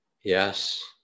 Yes